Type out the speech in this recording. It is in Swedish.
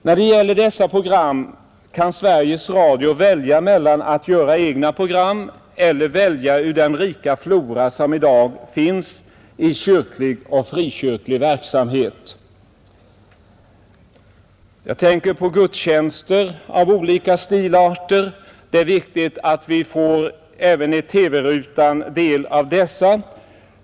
När det gäller dessa program kan Sveriges Radio antingen göra egna program eller välja ur den rika flora som i dag finns i den kyrkliga och frikyrkliga verksamheten. Jag tänker också på gudstjänster i olika stilarter. Det är viktigt att vi även i TV-rutan får del av dessa.